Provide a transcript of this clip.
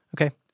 Okay